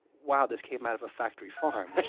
wow, this came out of a factory farm? but